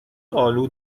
آلو